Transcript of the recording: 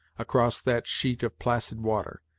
across that sheet of placid water,